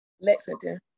Lexington